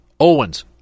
Owens